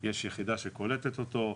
יש יחידה שקולטת אותו,